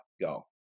go